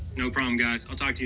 no problem, guys. i'll talk to you